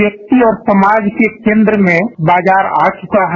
व्यक्ति और समाज के केन्द्र में बाजार आ चुका है